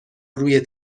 روی